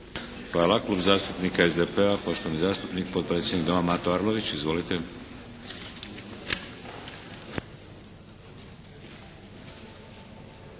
Hvala. Klub zastupnika SDP-a, poštovani zastupnik potpredsjednik Doma Mato Arlović. Izvolite!